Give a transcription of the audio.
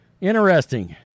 Interesting